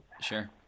Sure